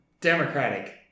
democratic